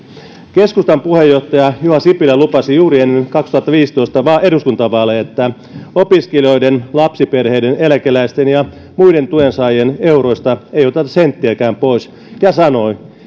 keskustan puheenjohtaja juha sipilä lupasi juuri ennen kaksituhattaviisitoista eduskuntavaaleja että opiskelijoiden lapsiperheiden eläkeläisten ja muiden tuensaajien euroista ei oteta senttiäkään pois ja sanoi